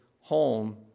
home